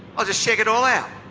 i'll just check it all out.